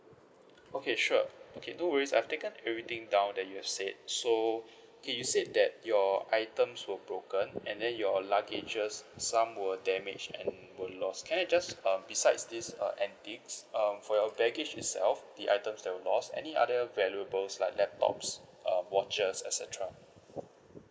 okay sure okay no worries I've taken everything down that you have said so okay you said that your items were broken and then your luggages some were damaged and were lost can I just um besides this uh antiques um for your baggage itself the items that were lost any other valuables like laptops uh watches et cetera